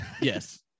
Yes